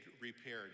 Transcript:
repaired